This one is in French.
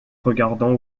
regardant